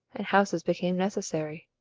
and houses became necessary.